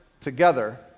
together